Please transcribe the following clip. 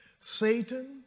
Satan